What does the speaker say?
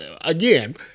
again—